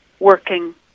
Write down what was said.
Working